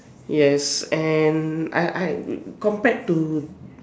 yes and I I compared to